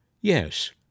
Yes